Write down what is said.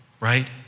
Right